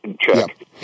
check